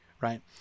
right